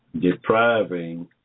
depriving